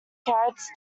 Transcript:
carrots